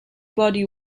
body